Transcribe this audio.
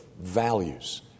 values